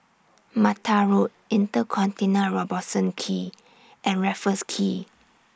Mattar Road InterContinental Robertson Quay and Raffles Quay